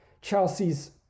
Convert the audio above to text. Chelsea's